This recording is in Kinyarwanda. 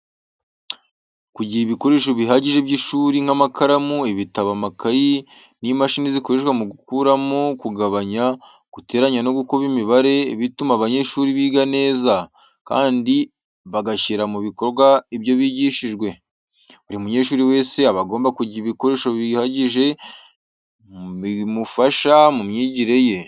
Kugira ibikoresho bihagije by'ishuri nk'amakaramu, ibitabo, amakayi n'imashini zikoreshwa mu gukuramo, kugabanya, guteranya no gukuba imibare, bituma abanyeshuri biga neza kandi bagashyira mu bikorwa ibyo bigishijwe. Buri munyeshuri wese aba agomba kugira ibikoresho bihagije bimufasha mu myigire ye.